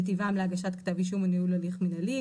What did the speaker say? מטבעם להגשת כתב אישום וניהול הליך מנהלי,